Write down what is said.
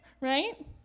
right